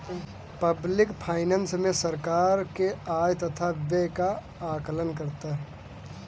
public finance मे सरकार के आय तथा व्यय का आकलन रहता है